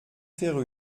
faire